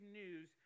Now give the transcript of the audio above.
news